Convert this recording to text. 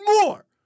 more